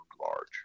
large